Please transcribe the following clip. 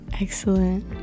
Excellent